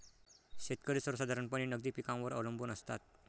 शेतकरी सर्वसाधारणपणे नगदी पिकांवर अवलंबून असतात